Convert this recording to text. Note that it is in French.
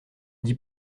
dit